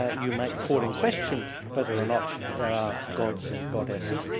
you might call in question whether or not gods and goddesses.